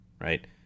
right